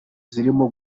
zirimo